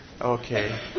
Okay